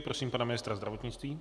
Prosím pana ministra zdravotnictví.